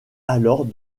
alors